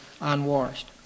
unwashed